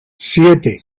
siete